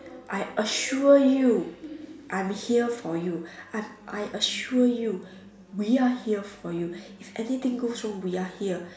I assure you I'm here for you I'm I assure you we are here for you if anything goes wrong we are here